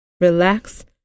relax